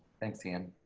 thanks again.